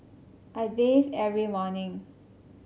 I bathe every morning